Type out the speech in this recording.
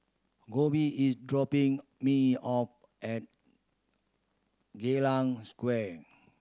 Kolby is dropping me off at Geylang Square